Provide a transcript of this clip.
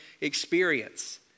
experience